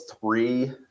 three